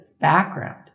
background